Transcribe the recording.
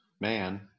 man